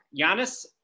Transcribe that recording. Giannis